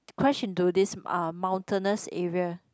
crash into this uh mountainous area